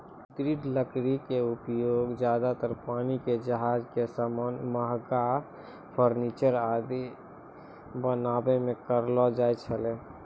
दृढ़ लकड़ी के उपयोग ज्यादातर पानी के जहाज के सामान, महंगा फर्नीचर आदि बनाय मॅ करलो जाय छै